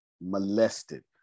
molested